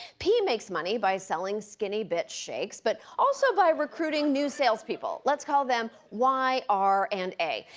p makes money by selling skinny bitch shakes, but also by recruiting new salespeople. let's call them y, r, and a.